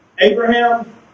Abraham